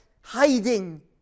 hiding